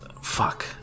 Fuck